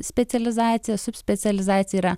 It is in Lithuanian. specializacija subspecializacija yra